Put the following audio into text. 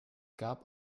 gab